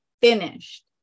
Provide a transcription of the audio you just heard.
finished